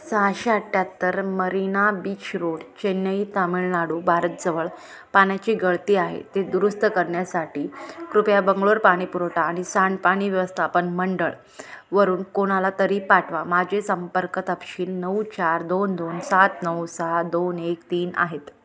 सहाशे अठ्याहत्तर Marina beach road Chennai Tamil Nadu भारतजवळ पाण्याची गळती आहे ते दुरुस्त करण्यासाठी कृपया बंगलोर पाणी पुरवठा आणि सांडपाणी व्यवस्थापन मंडळ वरून कोणाला तरी पाठवा माझे संपर्क तपशील नऊ चार दोन दोन सात नऊ सहा दोन एक तीन आहेत